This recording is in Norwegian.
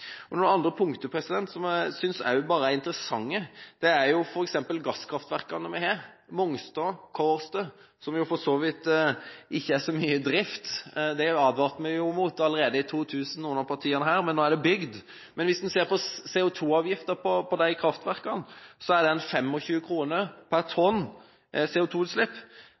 noen andre punkter som jeg også synes er interessante. Det gjelder f.eks. gasskraftverkene vi har, Mongstad og Kårstø, som for så vidt ikke er så mye i drift. Det advarte vi jo mot allerede i 2000, noen av partiene her, men nå er de bygd. Men hvis en ser på CO2-avgiften på disse kraftverkene, er den 25 kr per tonn